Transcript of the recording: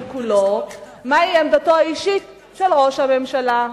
כולו מהי עמדתו האישית של ראש הממשלה.